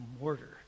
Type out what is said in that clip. mortar